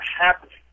happening